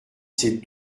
ces